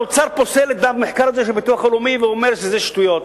האוצר פוסל את המחקר הזה של הביטוח הלאומי ואומר שזה שטויות.